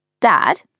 Dad